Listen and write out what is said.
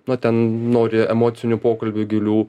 nu ten nori emocinių pokalbių gilių